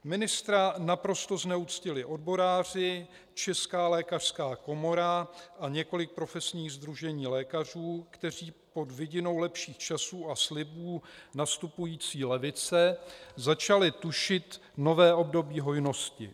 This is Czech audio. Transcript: Ministra naprosto zneuctili odboráři, Česká lékařská komora a několik profesních sdružení lékařů, kteří pod vidinou lepších časů a slibů nastupující levice začali tušit nové období hojnosti.